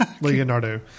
Leonardo